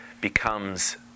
becomes